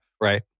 Right